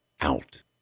out